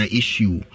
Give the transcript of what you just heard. issue